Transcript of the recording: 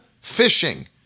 fishing